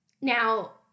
now